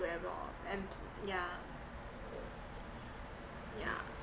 program lor and yeah yeah